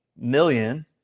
million